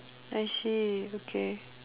I see okay